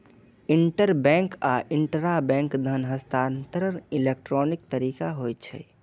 interbank आ intrabank धन हस्तांतरण इलेक्ट्रॉनिक तरीका होइ छै